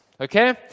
Okay